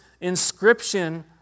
inscription